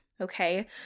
Okay